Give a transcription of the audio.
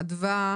אדווה